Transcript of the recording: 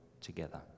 together